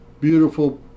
beautiful